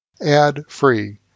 ad-free